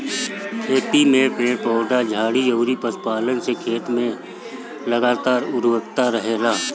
खेत में पेड़ पौधा, झाड़ी अउरी पशुपालन से खेत में लगातार उर्वरता रहेला